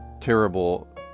terrible